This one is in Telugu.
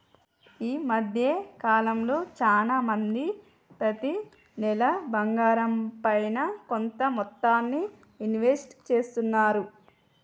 ఈ మద్దె కాలంలో చానా మంది ప్రతి నెలా బంగారంపైన కొంత మొత్తాన్ని ఇన్వెస్ట్ చేస్తున్నారు